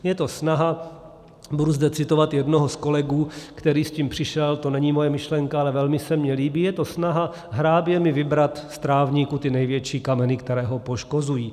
Je to snaha budu zde citovat jednoho z kolegů, který s tím přišel, to není moje myšlenka, ale velmi se mi líbí je to snaha hráběmi vybrat z trávníků ty největší kameny, které ho poškozují.